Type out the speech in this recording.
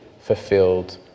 fulfilled